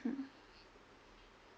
mm